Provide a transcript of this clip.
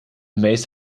meest